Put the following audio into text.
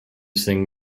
sing